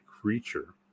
creature